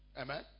Amen